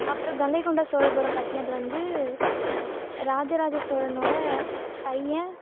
அப்புறோம் கங்கை கொண்ட சோழபுரம் கட்டினது வந்து ராஜராஜ சோழனோடய பையன்